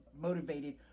motivated